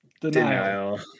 denial